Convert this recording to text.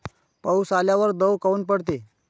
पाऊस आल्यावर दव काऊन पडते?